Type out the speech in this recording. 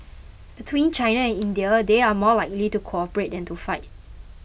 between China and India they are more likely to cooperate than to fight